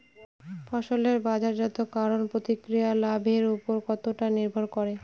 ফসলের বাজারজাত করণ প্রক্রিয়া লাভের উপর কতটা নির্ভর করে?